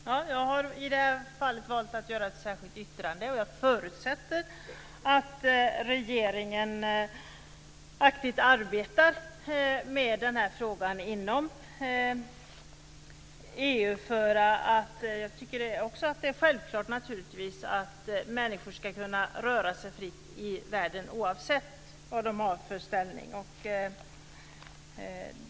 Fru talman! I det här fallet har jag valt att göra ett särskilt yttrande. Jag förutsätter att regeringen aktivt arbetar med den här frågan inom EU. Jag tycker naturligtvis också att det är självklart att människor ska kunna röra sig fritt i världen oavsett vilken ställning de har.